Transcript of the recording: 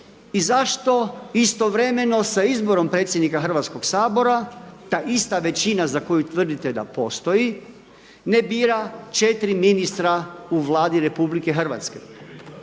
I zašto istovremeno sa izborom predsjednika Hrvatskoga sabora ta ista većina za koju tvrdite da postoji ne bira 4 ministra u Vladi RH? A nakon